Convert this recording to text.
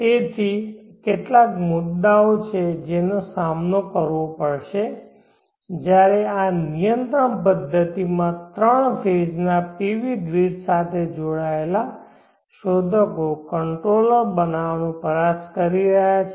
તેથી આ કેટલાક મુદ્દાઓ છે જેનો સામનો કરવો પડશે જ્યારે આ નિયંત્રણ પદ્ધતિમાં 3 ફેઝ ના PV ગ્રીડ સાથે જોડાયેલા શોધકો કંટ્રોલર બનાવવાનો પ્રયાસ કરી રહ્યાં છે